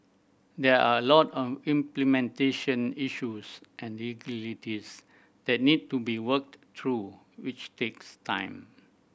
there are a lot of implementation issues and legalities that need to be worked through which takes time